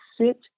sit